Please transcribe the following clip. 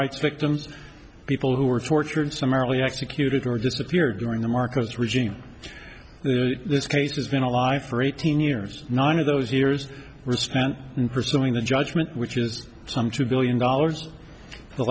rights victims people who were tortured summarily executed or disappeared during the marcos regime this case has been alive for eighteen years nine of those years were spent in pursuing the judgment which is some two billion dollars